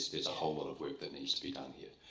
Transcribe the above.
there's a whole lot of work that needs to be done here.